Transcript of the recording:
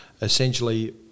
essentially